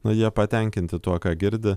na jie patenkinti tuo ką girdi